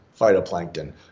phytoplankton